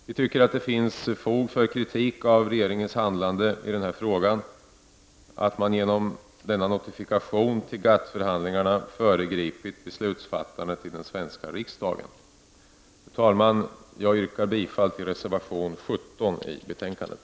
Vi anser att det finns fog för kritik av regeringens handlande i den här frågan. Regeringen har genom denna notifikation till GATT-förhandlingarna föregripit beslutsfattandet i den svenska riksdagen. Fru talman! Jag yrkar bifall till reservation 17 till betänkandet.